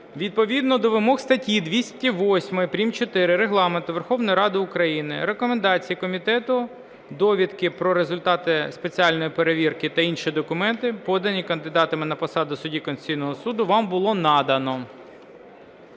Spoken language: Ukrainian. Відповідно до вимог статті 208 прим.4 Регламенту Верховної Ради України, рекомендації комітету, довідки про результати спеціальної перевірки та інші документи, подані кандидатами на посаду судді Конституційного Суду, вам було надано.